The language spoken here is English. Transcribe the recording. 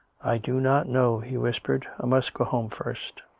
i do not know, he whispered. i must go home first.